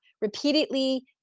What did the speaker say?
repeatedly